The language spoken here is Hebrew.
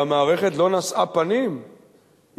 שהמערכת לא נשאה פנים,